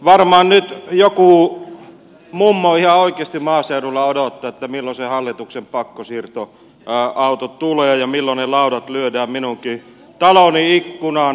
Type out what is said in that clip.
varmaan nyt joku mummo ihan oikeasti maaseudulla odottaa milloin se hallituksen pakkosiirtoauto tulee ja milloin ne laudat lyödään minunkin taloni ikkunaan